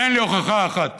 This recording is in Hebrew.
ואין לי הוכחה אחת